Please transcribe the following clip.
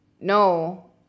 no